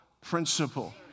principle